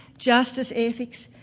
justice ethics,